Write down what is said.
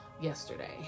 yesterday